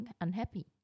unhappy